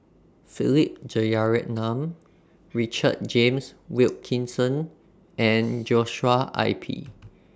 Philip Jeyaretnam Richard James Wilkinson and Joshua I P